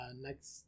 next